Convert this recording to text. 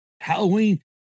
Halloween